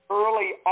early